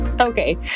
Okay